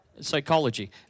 psychology